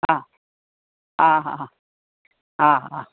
हा हा हा हा हा हा